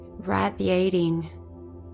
radiating